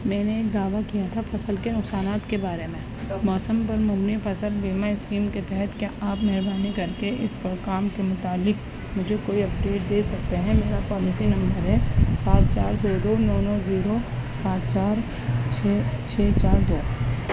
میں نے ایک دعویٰ کیا تھا فصل کے نقصانات کے بارے میں موسم پر مبنی فصل بیمہ اسکیم کے تحت کیا آپ مہربانی کر کے اس پر کام کے متعلق مجھے کوئی اپڈیٹ دے سکتے ہیں میرا پالسی نمبر ہے سات چار دو دو نو نو زیرو پانچ چار چھ چھ چار دو